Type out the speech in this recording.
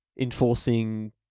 enforcing